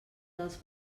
dels